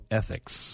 ethics